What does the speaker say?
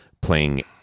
playing